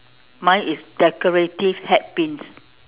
mine is decorative hat pins